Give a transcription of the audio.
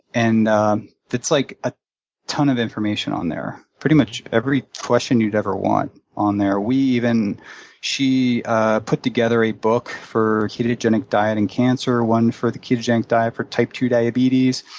and it's like a ton of information on there, pretty much every question you'd ever want on there. we even she ah put together a book for ketogenic diet and cancer, one for the ketogenic diet for type two diabetes.